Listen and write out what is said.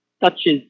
touches